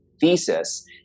thesis